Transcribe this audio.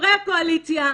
חברי הקואליציה,